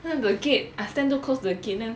then the gate I stand so close to the gate then